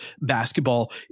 basketball